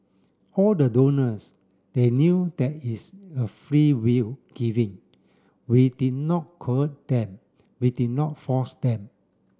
all the donors they knew that it's a freewill giving we did not them we did not force them